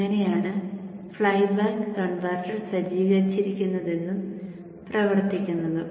ഇങ്ങനെ ആണ് flyback converter സജ്ജീകരിച്ചിരിക്കുന്നതും പ്രവർത്തിക്കുന്നതും